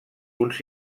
uns